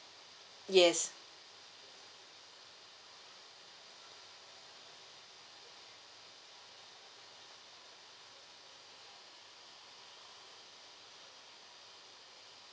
yes